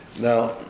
Now